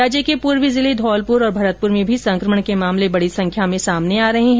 राज्य के पूर्वी जिले धौलपुर और भरतपुर में भी संकमण के मामले बड़ी संख्या में सामने आ रहे हैं